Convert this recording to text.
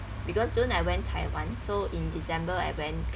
because june I went taiwan so in december I went